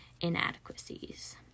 inadequacies